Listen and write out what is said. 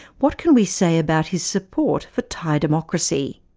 what can we say about his support for thai democracy?